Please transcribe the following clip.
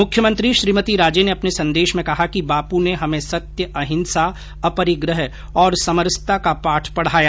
मुख्यमंत्री श्रीमती राजे ने अपने संदेश में कहा कि बापू ने हमें सत्य अहिंसा अपरिग्रह और समरसता का पाठ पढ़ाया